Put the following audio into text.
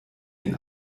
den